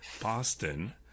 Boston